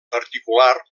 particular